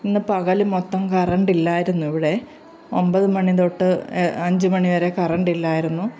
ഇന്നു പകൽ മൊത്തം കറണ്ടില്ലായിരുന്നിവിടെ ഒൻപത് മണിതൊട്ട് അഞ്ചു മണിവരെ കറണ്ടില്ലായിരുന്നു